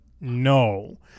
no